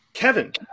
Kevin